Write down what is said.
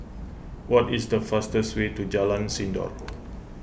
what is the fastest way to Jalan Sindor